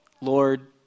Lord